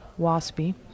waspy